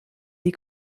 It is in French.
des